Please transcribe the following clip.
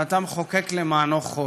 ואתה מחוקק למענו חוק,